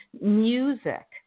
music